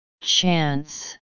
Chance